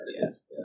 Yes